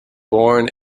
born